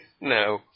No